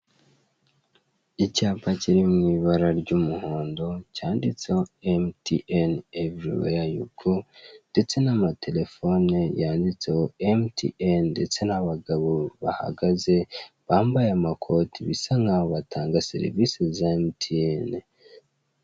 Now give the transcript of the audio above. Icyapa kiri mu ibara ry'umuhondo, cyanditseho emutiyeni, evuriweya yu go, ndetse n'amatelefone yanditseho emutiyeni, ndetse n'abagabo bahagaze, bambaye amakoti, bisa nk'aho batanga serivise za emutiyene.